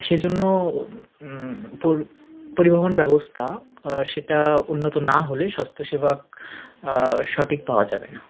সেজন্য পরিবহণ ব্যবস্থা সেটা উন্নত না হলে স্বাস্থ্যসেবা সঠিক পাওয়া যাবে না